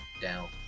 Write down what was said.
down